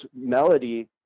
melody